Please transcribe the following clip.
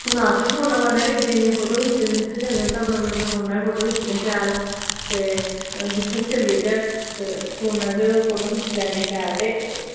ते हून अस भी अपने फोनै च फोटो खिच्चनै जित्थें जित्थें फोटो खिच्चने शैल ते जित्थें बी चली जाह्चै ते फोनै च फोटो खिच्ची लैने शैल ते